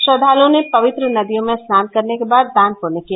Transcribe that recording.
श्रद्दालुओं ने पवित्र नदियों में स्नान करने के बाद दान पुण्य किया